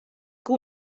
que